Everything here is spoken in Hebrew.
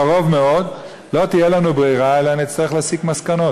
הייתי מבקש להעביר את זה בקריאה טרומית,